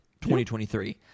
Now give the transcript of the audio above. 2023